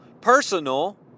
personal